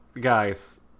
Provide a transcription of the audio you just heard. guys